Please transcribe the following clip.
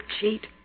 cheat